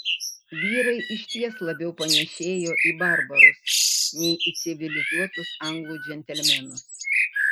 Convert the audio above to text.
vyrai išties labiau panėšėjo į barbarus nei į civilizuotus anglų džentelmenus